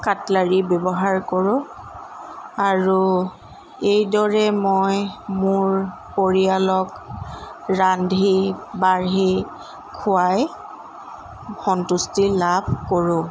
cutlery ব্যৱহাৰ কৰোঁ আৰু এইদৰে মই মোৰ পৰিয়ালক ৰান্ধি বাঢ়ি খুৱাই সন্তুষ্টি লাভ কৰোঁ